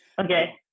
Okay